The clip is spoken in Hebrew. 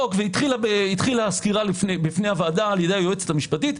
התחילה הסקירה לפני הוועדה על-ידי היועצת המשפטית,